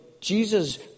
Jesus